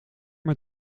met